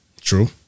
True